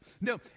No